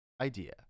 idea